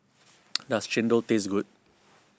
does Chendol taste good